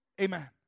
Amen